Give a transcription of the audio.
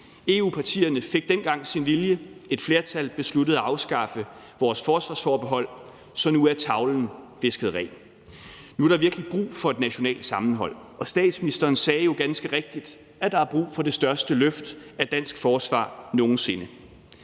EU-partierne fik dengang deres vilje; et flertal besluttede at afskaffe vores forsvarsforbehold, så nu er tavlen visket ren. Nu er der virkelig brug for et nationalt sammenhold, og statsministeren sagde jo ganske rigtigt, at der er brug for det største løft af dansk forsvar nogen sinde.